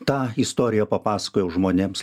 tą istoriją papasakojo žmonėms